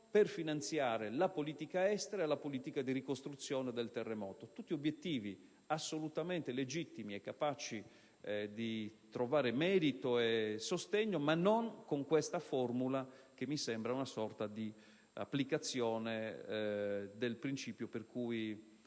per finanziare la politica estera e la politica di ricostruzione del terremoto. Sono obiettivi assolutamente legittimi e capaci di trovare merito e sostegno, ma non con questa formula che mi sembra una sorta di applicazione del principio per cui